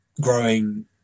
growing